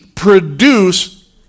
produce